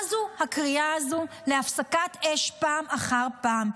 מה זו הקריאה הזו להפסקת אש פעם אחר פעם?